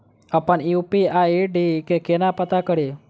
अप्पन UPI ID केना पत्ता कड़ी?